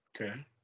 Okay